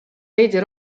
veidi